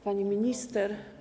Pani Minister!